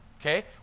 okay